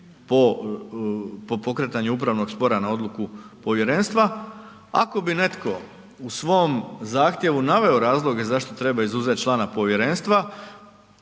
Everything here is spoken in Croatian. po pokretanju upravnog spora na odluku povjerenstva. Ako bi netko u svom zahtjevu navedu razloge zašto treba izuzet člana povjerenstva,